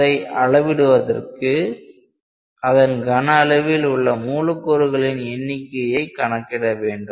அதை அளவிடுவதற்கு அதன் கன அளவில் உள்ள மூலக்கூறுகளின் எண்ணிக்கையை கணக்கிட வேண்டும்